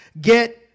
get